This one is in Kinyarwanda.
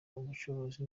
ubucuruzi